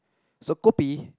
so kopi